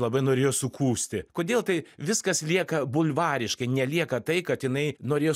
labai norėjo sukūsti kodėl tai viskas lieka bulvariškai nelieka tai kad jinai norėjo